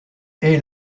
est